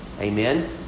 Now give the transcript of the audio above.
Amen